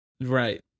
Right